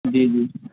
جی جی